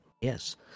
yes